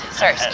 sorry